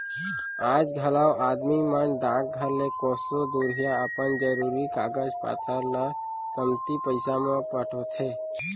आज घलौ आदमी मन डाकघर ले कोसों दुरिहा अपन जरूरी कागज पातर ल कमती पइसा म पठोथें